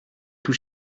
tout